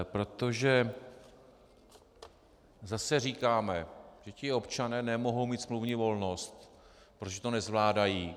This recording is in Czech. Protože zase říkáme, že ti občané nemohou mít smluvní volnost, protože to nezvládají.